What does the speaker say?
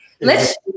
Let's-